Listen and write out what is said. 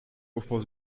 bevor